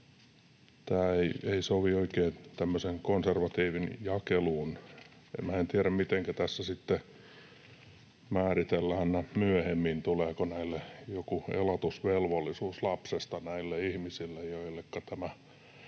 tämä ei sovi oikein tämmöisen konservatiivin jakeluun. Minä en tiedä, mitenkä tässä sitten määritellään myöhemmin se, tuleeko joku elatusvelvollisuus lapsesta näille ihmisille, joille tämä